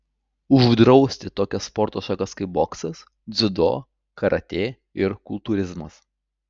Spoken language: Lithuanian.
uždrausti tokias sporto šakas kaip boksas dziudo karatė ir kultūrizmas